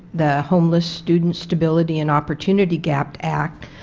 the homeless student stability and opportunity act,